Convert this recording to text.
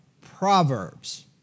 Proverbs